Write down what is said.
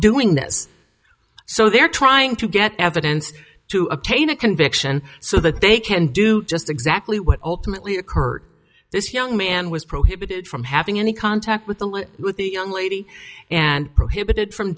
doing this so they're trying to get evidence to obtain a conviction so that they can do just exactly what ultimately occurred this young man was prohibited from having any contact with the one with the young lady and prohibited from